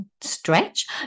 stretch